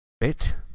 Bit